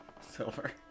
silver